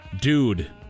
Dude